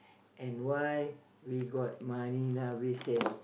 and why we got Marina-Bay-Sands